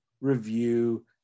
review